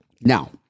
Now